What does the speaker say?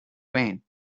wayne